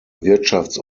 wirtschafts